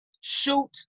shoot